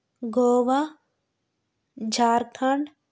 Goa Jharkhand